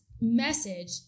message